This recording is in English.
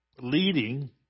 Leading